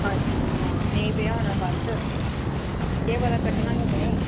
अच्छा अच्छा नें पेआ होना फर्क केह् पता कड्ढनी गै पवै